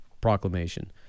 proclamation